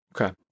Okay